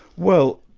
well,